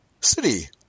city